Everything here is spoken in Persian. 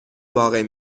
واقع